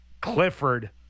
Clifford